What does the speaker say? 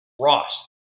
Ross